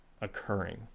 occurring